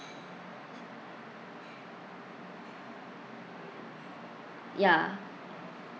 ya